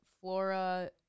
Flora